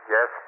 Yes